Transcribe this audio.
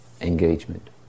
engagement